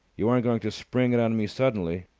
you aren't going to spring it on me suddenly?